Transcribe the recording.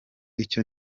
icyo